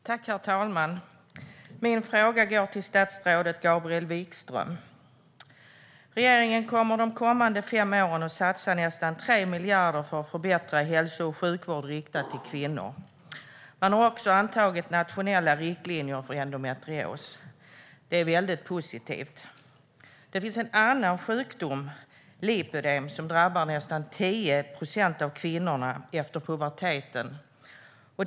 Herr talman! Min fråga går till statsrådet Gabriel Wikström. Regeringen kommer de kommande fem åren att satsa nästan 3 miljarder för att förbättra hälso och sjukvård riktad till kvinnor. Man har också antagit nationella riktlinjer för endometrios. Det är väldigt positivt. Det finns en annan sjukdom, lipödem, som drabbar nästan 10 procent av kvinnorna efter puberteten.